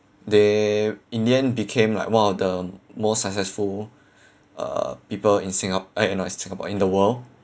they in the end became like one of the most successful uh people in singa~ eh not in singapore in the world